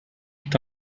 est